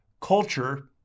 culture